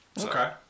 Okay